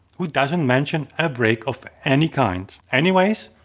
who doesn't mention a break of any kind. anyways,